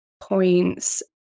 points